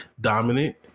dominant